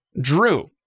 Drew